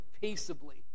peaceably